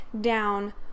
down